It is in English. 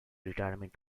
retirement